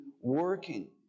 working